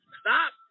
Stop